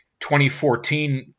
2014